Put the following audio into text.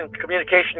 communication